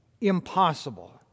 Impossible